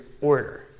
order